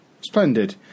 Splendid